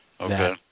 Okay